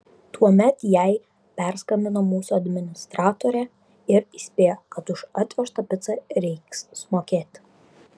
tuomet jai perskambino mūsų administratorė ir įspėjo kad už atvežtą picą reiks sumokėti